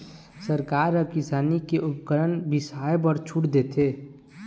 सरकार ह किसानी के उपकरन बिसाए बर छूट देथे